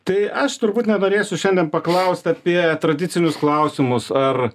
tai aš turbūt nenorėsiu šiandien paklaust apie tradicinius klausimus ar